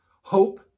Hope